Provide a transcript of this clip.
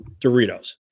Doritos